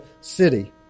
city